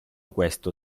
questo